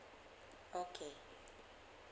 okay